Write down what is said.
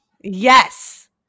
Yes